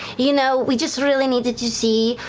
you know, we just really needed to see,